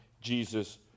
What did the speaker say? Jesus